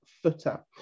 Footer